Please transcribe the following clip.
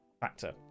factor